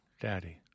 Daddy